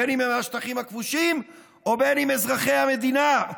בין שהם מהשטחים הכבושים ובין שהם אזרחי המדינה.